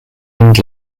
wind